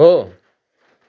हो